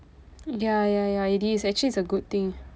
ya ya ya it is actually it's a good thing